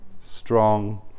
strong